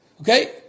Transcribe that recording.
Okay